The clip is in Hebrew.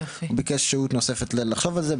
הוא ביקש שהות נוספת לחשוב על זה,